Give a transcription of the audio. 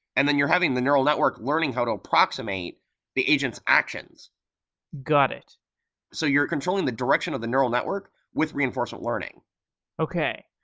and then you're having the neural network learning how to approximate the agent's actions got it so you're controlling the direction of the neural network with reinforcement learning okay,